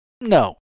no